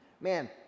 Man